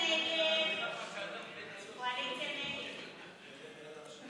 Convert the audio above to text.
ביתנו וקבוצת סיעת יש עתיד-תל"ם לסעיף